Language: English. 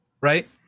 right